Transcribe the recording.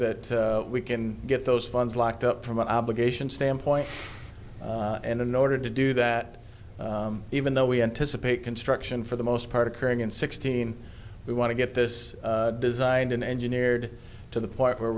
that we can get those funds locked up from an obligation standpoint and in order to do that even though we anticipate construction for the most part occurring in sixteen we want to get this designed and engineered to the point where